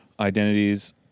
identities